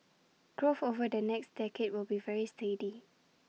growth over the next decade will be very steady